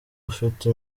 ufite